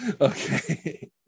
okay